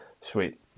sweet